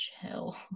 chill